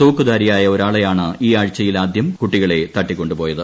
തോക്കുധാരിയായ ഒരാളെയാണ് ഈയാഴ്ചയിൽ ആദ്യം കുട്ടികളെ തൃട്ടിട്ടിക്കൊണ്ടു പോയത്